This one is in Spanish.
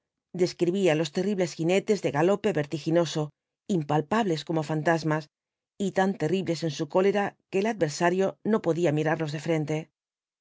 describía los terribles jiietes de galope vertiginoso impalpables como fantasmas y tan terribles en su cólera que el adversario no podía mirarlos de frente